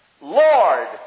Lord